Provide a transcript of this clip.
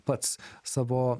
pats savo